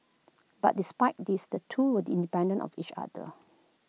but despite this the two were D independent of each other